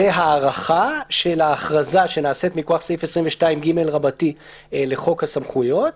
הארכה של ההכרזה שנעשית מכוח סעיף 22ג רבתי לחוק הסמכויות,